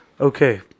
okay